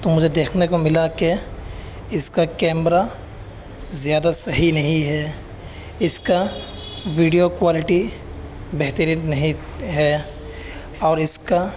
تو مجھے دیکھنے کو ملا کہ اس کا کیمرہ زیادہ صحیح نہیں ہے اس کا ویڈیو کوالٹی بہترین نہیں ہے اور اس کا